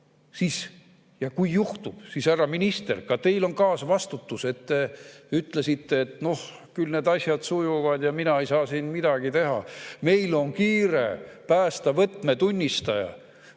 aga kui juhtub, siis, härra minister, ka teil on kaasvastutus, sest te ütlesite, et no küll need asjad sujuvad ja mina ei saa siin midagi teha. Meil on kiire päästa võtmetunnistaja.